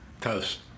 Toast